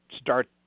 start